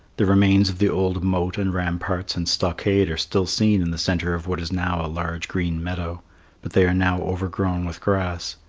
the remains of the old moat and ramparts and stockade are still seen in the centre of what is now a large green meadow but they are now overgrown with grass,